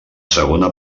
segona